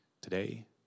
today